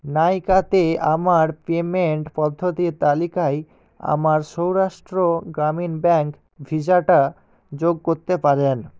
নাইকাতে আমার পেমেন্ট পদ্ধতির তালিকায় আমার সৌরাষ্ট্র গ্রামীণ ব্যাঙ্ক ভিসাটা যোগ করতে পারেন